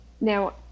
Now